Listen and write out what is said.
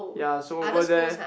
ya so over there